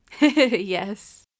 yes